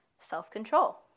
self-control